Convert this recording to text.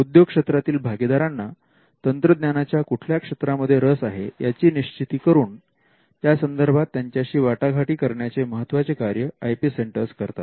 उद्योग क्षेत्रातील भागीदारांना तंत्रज्ञानाच्या कुठल्या क्षेत्रांमध्ये रस आहे याची निश्चिती करून त्यासंदर्भात त्यांच्याशी वाटाघाटी करण्याचे महत्वाचे कार्य आय पी सेंटर्स करतात